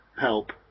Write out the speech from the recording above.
help